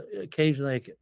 occasionally